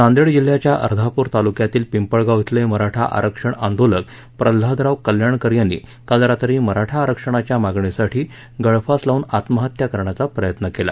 नांदेड जिल्ह्याच्या अर्धापूर तालुक्यातील पिंपळगाव झेले मराठा आरक्षण आंदोलक प्रल्हादराव कल्याणकर यांनी काल रात्री मराठा आरक्षणाच्या मागणीसाठी गळफास लाऊन आत्महत्या करण्याचा प्रयत्न केला